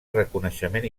reconeixement